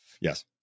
Yes